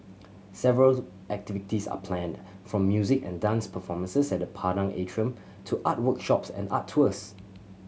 several activities are planned from music and dance performances at the Padang Atrium to art workshops and art tours